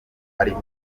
ariko